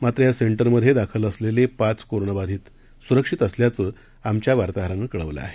मात्र या सेंटर मध्ये दाखल असलेले पाच कोरोनाबाधित स्रक्षित असल्याचं आमच्या वार्ताहरानं कळवलं आहे